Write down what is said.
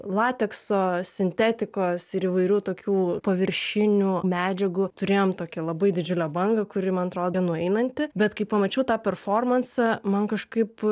latekso sintetikos ir įvairių tokių paviršinių medžiagų turėjom tokią labai didžiulę bangą kuri man atrodė nueinanti bet kai pamačiau tą performansą man kažkaip